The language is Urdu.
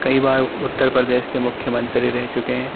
کئی بار اتّر پردیش کے مکھیہ منتری رہ چکے ہیں